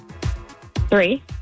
Three